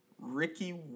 Ricky